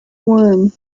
worm